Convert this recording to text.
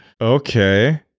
okay